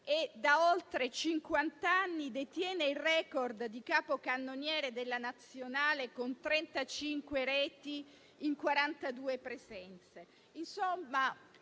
da oltre cinquanta anni detiene il *record* di capocannoniere della nazionale con 35 reti in 42 presenze: